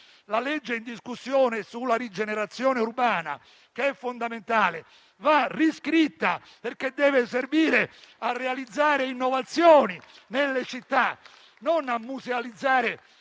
la legge in discussione sulla rigenerazione urbana è fondamentale e va riscritta, perché deve servire a realizzare innovazioni nelle città, non a musealizzare